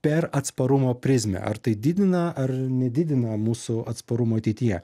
per atsparumo prizmę ar tai didina ar nedidina mūsų atsparumą ateityje